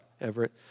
Everett